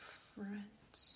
friends